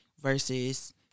versus